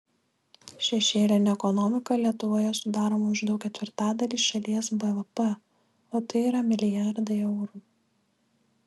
šešėlinė ekonomika lietuvoje sudaro maždaug ketvirtadalį šalies bvp o tai yra milijardai eurų